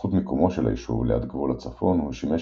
בזכות מיקומו של היישוב ליד גבול הצפון הוא שימש